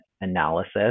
analysis